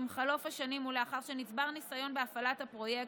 עם חלוף השנים ולאחר שנצבר ניסיון בהפעלת הפרויקט,